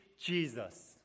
Jesus